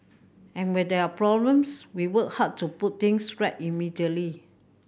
and when there are problems we work hard to put things right immediately